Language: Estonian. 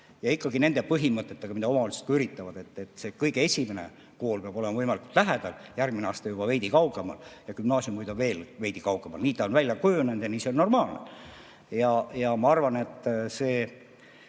ikkagi nende põhimõtetega, nagu omavalitsused üritavad, et kõige esimene kool peab olema võimalikult lähedal, järgmine aste võib olla juba veidi kaugemal ja gümnaasiumid veel veidi kaugemal. Nii ta on välja kujunenud ja nii see on normaalne. Ma arvan, et see